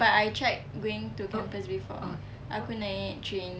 but I tried going to campus before aku naik train